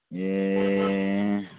ए